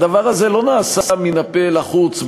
הדבר הזה לא נעשה מן הפה ולחוץ,